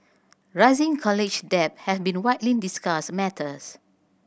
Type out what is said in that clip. rising college debt has been a widely discussed matters